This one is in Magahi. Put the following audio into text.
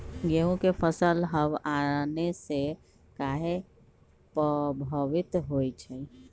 गेंहू के फसल हव आने से काहे पभवित होई छई?